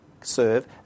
serve